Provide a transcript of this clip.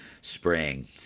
spring